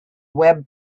web